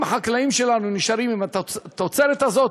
אם החקלאים שלנו נשארים עם התוצרת הזאת,